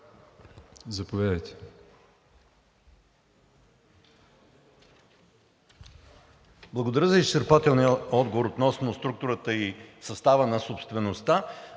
(ГЕРБ-СДС): Благодаря за изчерпателния отговор относно структурата и състава на собствеността.